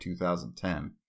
2010